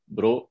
Bro